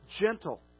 Gentle